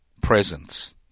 presence